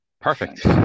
Perfect